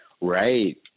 Right